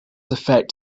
affect